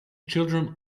children